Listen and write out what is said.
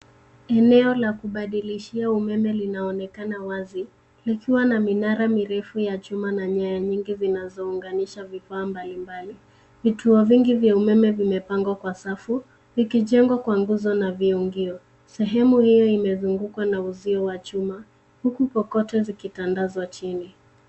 Eneo la kubadilishia umeme linaonekana wazi likiwa na minara mirefu ya chuma na nyaya nyingi zinazounganisha vifaa mbalimbali vituo vingi vya umeme vimepangwa kwa safu ikijengwa kwa nguzo na viungio sehemu hio imezungukwa na uzio wa chuma huku kokoto zikitandazwa chini.